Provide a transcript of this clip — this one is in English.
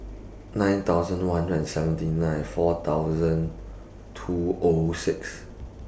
nine thousand one hundred and seventy nine four thousand two O six